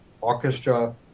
orchestra